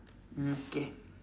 hmm okay